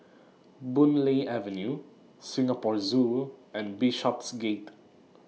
Boon Lay Avenue Singapore Zoo and Bishopsgate